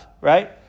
right